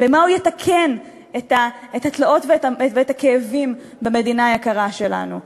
במה הוא יתקן את התלאות ואת הכאבים במדינה היקרה שלנו?